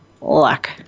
luck